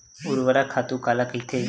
ऊर्वरक खातु काला कहिथे?